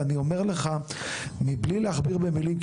אני אומר לך מבלי להכביר במילים,